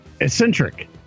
Eccentric